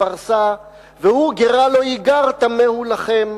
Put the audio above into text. פרסה והוא גרה לא יגר טמא הוא לכם.